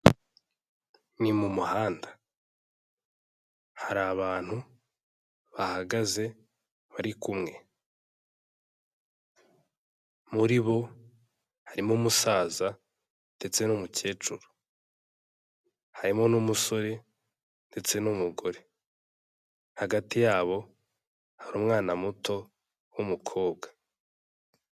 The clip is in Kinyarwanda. Ni mu muhanda, hari abantu bahagaze bari kumwe, muri bo harimo umusaza ndetse n'umukecuru, harimo n'umusore ndetse n'umugore, hagati yabo hari umwana muto w'umukobwa.